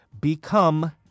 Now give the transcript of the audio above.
become